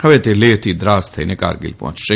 હવે તે લેહથી દ્રાસ થઇને કારગીલ પહોંચશે